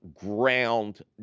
ground